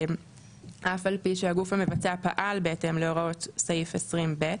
אף על פי שהגוף המבצע פעל בהתאם להוראות סעיף 20(ב),